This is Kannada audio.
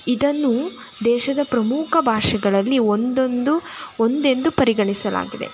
ಇದನ್ನು ದೇಶದ ಪ್ರಮುಖ ಭಾಷೆಗಳಲ್ಲಿ ಒಂದೊಂದು ಒಂದೆಂದು ಪರಿಗಣಿಸಲಾಗಿದೆ